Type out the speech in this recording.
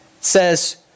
says